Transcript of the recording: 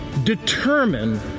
determine